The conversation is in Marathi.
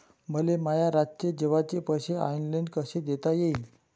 मले माया रातचे जेवाचे पैसे ऑनलाईन कसे देता येईन?